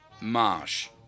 Marsh